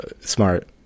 smart